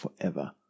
forever